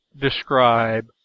describe